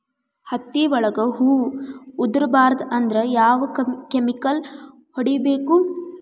ಹತ್ತಿ ಒಳಗ ಹೂವು ಉದುರ್ ಬಾರದು ಅಂದ್ರ ಯಾವ ಕೆಮಿಕಲ್ ಹೊಡಿಬೇಕು?